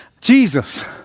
Jesus